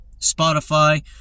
Spotify